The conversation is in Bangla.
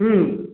হুম